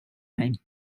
mig